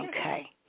okay